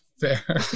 Fair